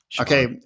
Okay